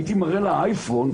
הייתי מראה לה אייפון,